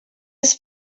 his